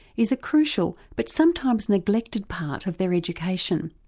is a crucial but sometimes neglected part of their education.